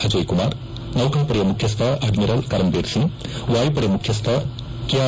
ಅಜಯ್ಕುಮಾರ್ ನೌಕಾಪಡೆಯ ಮುಖ್ಯಸ್ಹ ಅಡ್ಡಿರಲ್ ಕಮರಂವೀರ್ಸಿಂಗ್ ವಾಯುಪಡೆ ಮುಖ್ಯಸ್ಹ ಆರ್